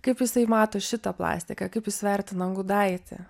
kaip jisai mato šitą plastiką kaip jis vertina gudaitį